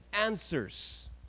answers